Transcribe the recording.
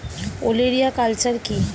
ওলেরিয়া কালচার কি?